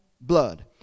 blood